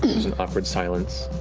an awkward silence,